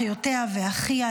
אחיותיה ואחיה,